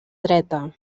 dreta